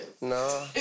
no